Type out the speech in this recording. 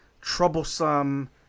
troublesome